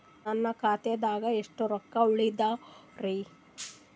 ನನ್ನ ಖಾತಾದಾಗ ಎಷ್ಟ ರೊಕ್ಕ ಉಳದಾವರಿ?